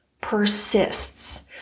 persists